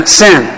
sin